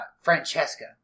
Francesca